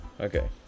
okay